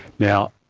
now,